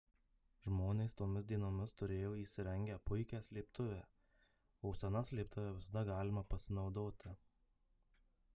žmonės tomis dienomis turėjo įsirengę puikią slėptuvę o sena slėptuve visada galima pasinaudoti